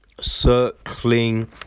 circling